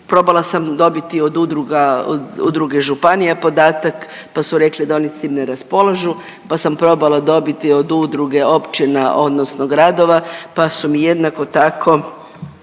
probala sam dobiti od udruga, od udruge županija podatak pa su rekli da oni s tim ne raspolažu, pa sam probala dobiti od udruge općina odnosno gradova pa su mi jednako tako